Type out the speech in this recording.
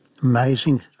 Amazing